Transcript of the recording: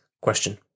question